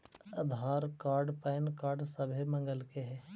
आधार card PAN card सभे मगलके हे?